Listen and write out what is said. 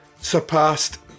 surpassed